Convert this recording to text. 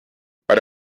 bei